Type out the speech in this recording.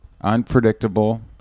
Unpredictable